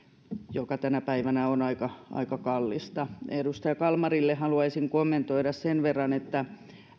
on tänä päivänä on aika kallista edustaja kalmarille haluaisin kommentoida sen verran että